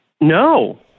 No